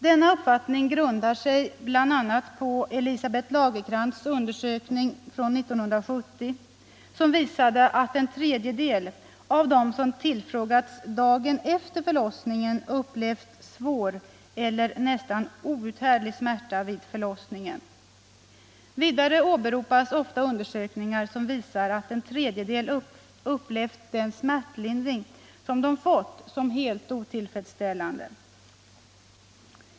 Denna uppfattning grundar sig bl.a. på Elisabeth Lagerkrantz' undersökning från 1970, som visade att en tredjedel av dem som tillfrågats dagen efter förlossningen upplevt ”svår” eller ”nästan outhärdlig” smärta vid förlossningen. Vidare åberopas ofta undersökningar som visar att en tredjedel upplevt den smärtlindring de fått som helt otillfredsställande.